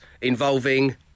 involving